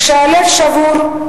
כשהלב שבור,